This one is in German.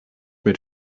mit